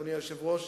אדוני היושב-ראש,